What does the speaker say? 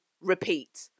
repeat